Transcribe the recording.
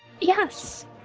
Yes